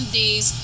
days